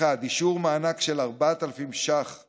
אישור מענק של 4,000 שקלים